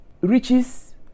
riches